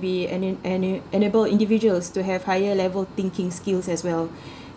be ena~ ena~ enabled individuals to have higher level thinking skills as well